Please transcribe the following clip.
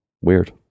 weird